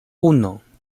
uno